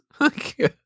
Okay